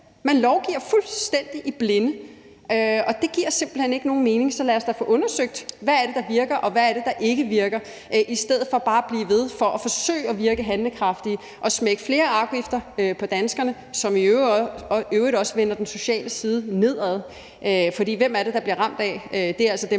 Man lovgiver fuldstændig i blinde, og det giver simpelt hen ikke nogen mening. Så lad os da få undersøgt, hvad det er, der virker, og hvad det er, der ikke virker, i stedet for bare at blive ved for at forsøge at virke handlekraftige og smække flere afgifter på danskerne – afgifter, som i øvrigt vender den sociale side nedad. For hvem er det, der bliver ramt af det? Det er altså dem,